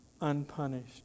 unpunished